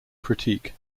critique